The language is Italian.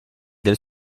del